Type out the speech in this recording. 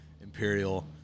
imperial